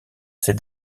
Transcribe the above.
ses